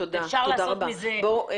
תודה רבה.